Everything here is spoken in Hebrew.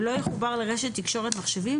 ולא יחובר לרשת תקשורת מחשבים,